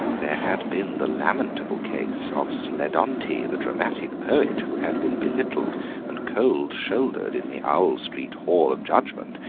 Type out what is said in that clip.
there had been the lamentable case of sledonti, the dramatic poet, who had been belittled and cold-shouldered in the owl street hall of judgment,